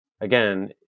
Again